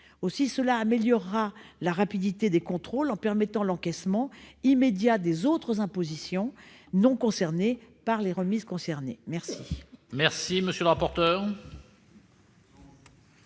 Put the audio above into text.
Aussi, cela améliorera la rapidité des contrôles en permettant l'encaissement immédiat des autres impositions non concernées par les remises. Quel est l'avis